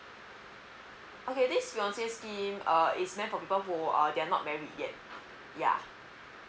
okay this fiancé scheme uh is meant for people who are they are not married yet yeah